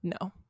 No